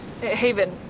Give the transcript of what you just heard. Haven